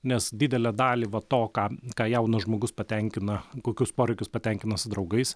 nes didelę dalį va to ką ką jaunas žmogus patenkina kokius poreikius patenkina su draugais